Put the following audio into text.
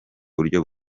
buryo